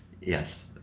yes